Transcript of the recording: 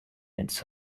its